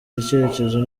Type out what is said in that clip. icyerekezo